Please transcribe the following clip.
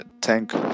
tank